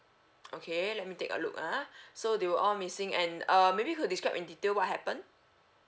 okay let me take a look ah so they were all missing and uh maybe you could describe in detail what happened